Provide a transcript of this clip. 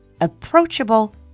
approachable